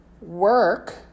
work